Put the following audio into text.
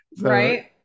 Right